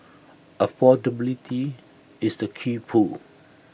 affordability is the key pull